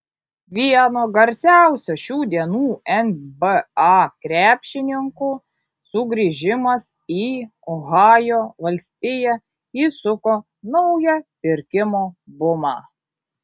vieno garsiausių šių dienų nba krepšininkų sugrįžimas į ohajo valstiją įsuko naują pirkimo bumą